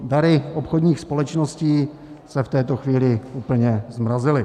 Dary obchodních společností se v této chvíli úplně zmrazily.